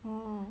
orh